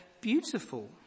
beautiful